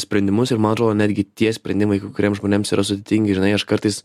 sprendimus ir man atrodo netgi tie sprendimaikai kuriems žmonėms yra sudėtingi žinai aš kartais